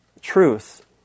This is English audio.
truth